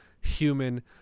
human